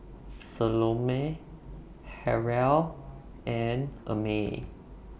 Salome Harrell and Amey